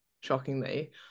shockingly